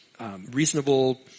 reasonable